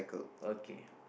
okay